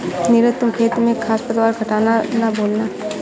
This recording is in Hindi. नीरज तुम खेत में घांस पतवार हटाना ना भूलना